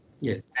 Yes